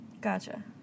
Gotcha